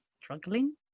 struggling